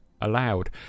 allowed